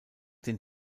den